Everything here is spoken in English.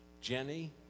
Jenny